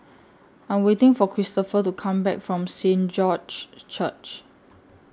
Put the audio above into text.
I'm waiting For Christoper to Come Back from Saint George's Church